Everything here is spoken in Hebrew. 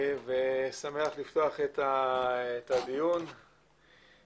אני שמח לפתוח את ישיבת ועדת הפנים והגנת הסביבה.